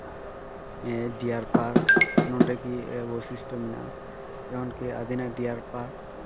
deer park ᱱᱚᱰᱮ ᱜᱤ ᱵᱳᱭᱥᱤᱥᱴᱮ ᱢᱮᱱᱟᱜᱼᱟ ᱡᱮᱢᱚᱱᱠᱤ ᱟᱫᱤᱱᱟ ᱰᱤᱭᱟᱨ ᱯᱟᱨᱠ